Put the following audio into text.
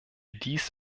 dies